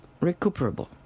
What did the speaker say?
recuperable